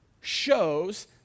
shows